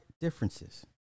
differences